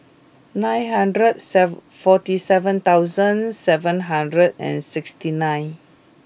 nine hundred serve forty seven seven hundred and sixty nine